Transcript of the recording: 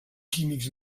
químics